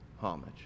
homage